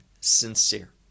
sincere